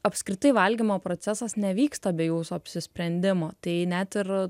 apskritai valgymo procesas nevyksta be jūsų apsisprendimo tai net ir